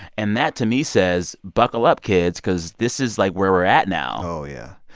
and that, to me, says, buckle up, kids, because this is, like, where we're at now oh, yeah.